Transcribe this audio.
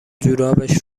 جورابش